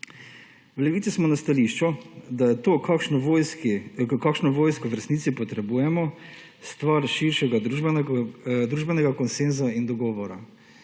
V Levici smo na stališču, da je to, kakšno vojsko v resnici potrebujemo, stvar širšega družbenega konsenza in dogovora.